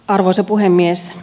arvoisa puhemies